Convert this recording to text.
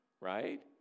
right